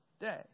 day